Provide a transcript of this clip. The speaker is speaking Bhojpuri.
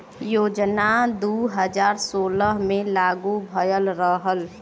योजना दू हज़ार सोलह मे लागू भयल रहल